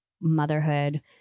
motherhood